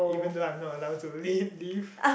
even though I'm not allow to leave leave